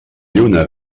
lluna